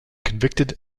convicted